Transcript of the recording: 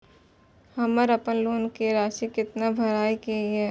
हमर अपन लोन के राशि कितना भराई के ये?